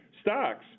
stocks